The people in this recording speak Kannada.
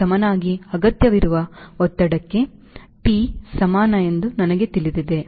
ಸಮನಾಗಿ ಅಗತ್ಯವಿರುವ ಒತ್ತಡಕ್ಕೆ T ಸಮಾನ ಎಂದು ನನಗೆ ತಿಳಿದಿದೆ